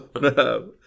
no